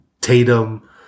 Tatum